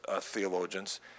theologians